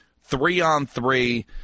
three-on-three